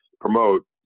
promote